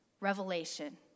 revelation